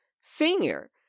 senior